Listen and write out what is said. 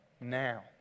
now